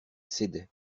cédait